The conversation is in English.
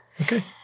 Okay